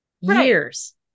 Years